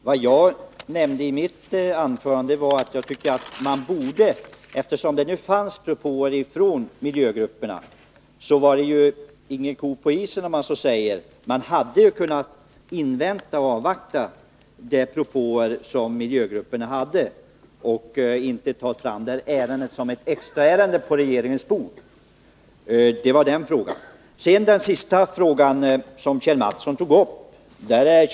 Herr talman! Jag nämnde i mitt tidigare anförande att det så att säga inte var någon ko på isen, eftersom det nu finns propåer från miljögrupperna. Man hade kunnat invänta och avvakta miljögruppernas synpunkter i stället för att ta fram det här ärendet som ett extraärende på regeringens bord. Sedan till den fråga som Kjell Mattsson tog upp sist i sitt anförande.